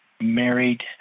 married